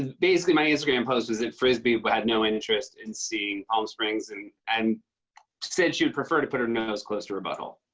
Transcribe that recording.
basically my instagram post was that frisbee but had no interest in seeing palm springs and and said she would prefer to put her nose close to her butthole.